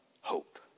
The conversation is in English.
hope